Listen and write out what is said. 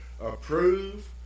approve